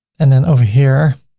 and then over here,